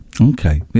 Okay